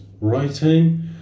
writing